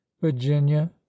Virginia